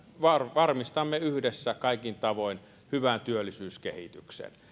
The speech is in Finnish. varmistamme yhdessä kaikin tavoin hyvän työllisyyskehityksen